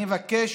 אני מבקש